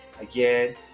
again